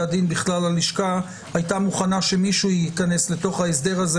הדין הלשכה הייתה מוכנה שמישהו ייכנס לתוך ההסדר הזה